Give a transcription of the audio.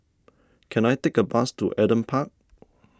can I take a bus to Adam Park